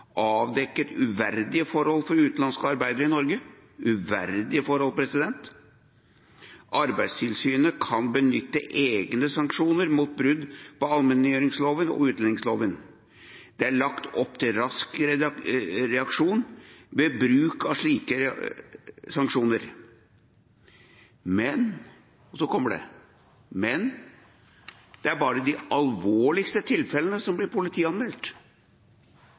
avdekket uverdige forhold for utenlandske arbeidere i Norge. Arbeidstilsynet kan benytte egne sanksjoner mot brudd på allmenngjøringsloven og utlendingsloven. Det er lagt opp til rask reaksjon ved bruk av slike sanksjoner. Det er bare de alvorligste tilfellene som nå politianmeldes.» Videre: «Politiet må effektivt følge opp de tilfeller som blir